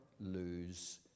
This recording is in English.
lose